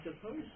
suppose